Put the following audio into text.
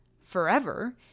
forever